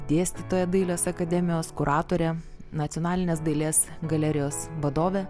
dėstytoja dailės akademijos kuratore nacionalinės dailės galerijos vadove